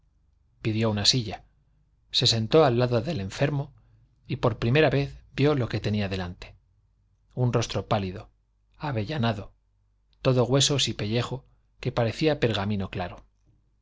pidió una silla se sentó al lado del enfermo y por primera vez vio lo que tenía delante un rostro pálido avellanado todo huesos y pellejo que parecía pergamino claro